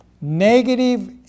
negative